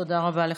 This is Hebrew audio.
תודה רבה לך.